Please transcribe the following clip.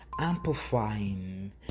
amplifying